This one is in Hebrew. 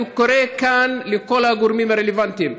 אני קורא כאן לכל הגורמים הרלוונטיים: